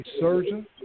surgeon